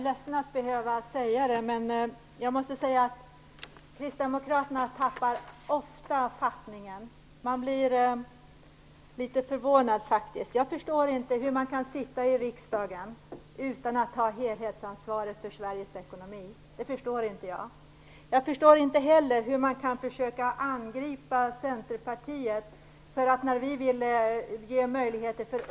Herr talman! Jag är ledsen att behöva säga det, men kristdemokraterna tappar ofta fattningen. Jag blir faktiskt litet förvånad. Jag förstår inte hur man kan sitta i riksdagen utan att ta ett helhetsansvar för Sveriges ekonomi. Jag förstår inte heller hur man kan försöka angripa Centerpartiet för att vi ville ge ungdomar möjligheter.